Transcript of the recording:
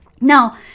Now